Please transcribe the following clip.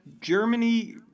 Germany